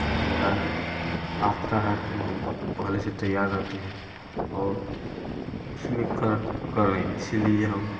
आता है तो हम पहले से तैयार रहते हैं और उसमें क करने इसीलिए हम